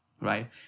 right